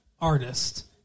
artist